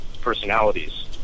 personalities